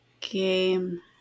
game